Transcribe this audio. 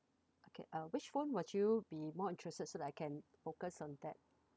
okay uh which phone would you be more interested so that I can focus on that